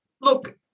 look